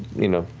you know,